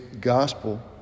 gospel